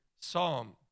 psalm